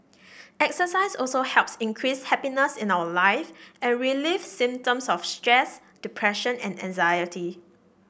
exercise also helps increase happiness in our life and relieve symptoms of stress depression and anxiety